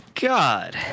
god